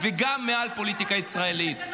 וגם מעל הפוליטיקה הישראלית.